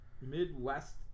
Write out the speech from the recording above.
Midwest